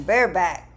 Bareback